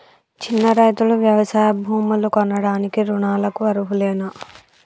చిన్న రైతులు వ్యవసాయ భూములు కొనడానికి రుణాలకు అర్హులేనా?